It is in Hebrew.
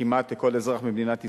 כמעט לכל אזרח במדינת ישראל.